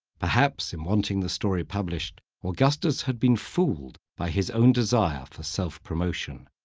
perhaps in wanting the story published, augustus had been fooled by his own desire for self-promotion.